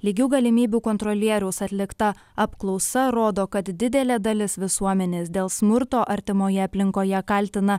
lygių galimybių kontrolieriaus atlikta apklausa rodo kad didelė dalis visuomenės dėl smurto artimoje aplinkoje kaltina